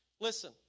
listen